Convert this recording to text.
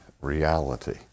reality